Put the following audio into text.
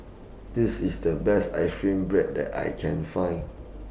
This IS The Best Ice Cream Bread that I Can Find